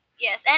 Yes